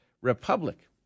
republic